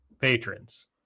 patrons